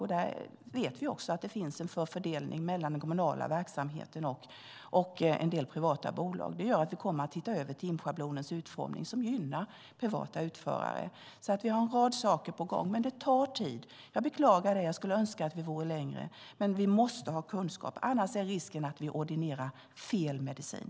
Vi vet att det finns en förfördelning mellan den kommunala verksamheten och en del privata bolag. Vi kommer att titta över timschablonens utformning som gynnar privata utförare. Vi har en rad saker på gång, men det tar tid. Jag beklagar det. Jag skulle önska att vi kommit längre. Men vi måste ha kunskap. Annars är risken att vi ordinerar fel medicin.